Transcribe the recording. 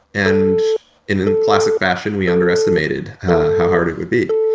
and in in classic fashion we underestimated how hard it would be.